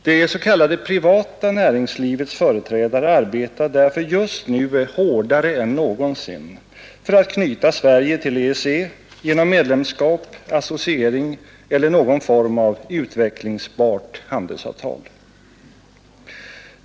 Det s.k. privata näringslivets företrädare arbetar just nu hårdare än någonsin för att knyta Sverige till EEC genom medlemskap, associering eller någon form av utvecklingsbart handelsavtal.